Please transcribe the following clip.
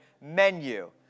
menu